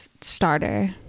starter